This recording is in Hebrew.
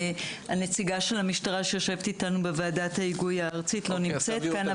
הנציגה של המשטרה שיושבת איתנו בוועדת ההיגוי הארצית לא נמצאת כאן,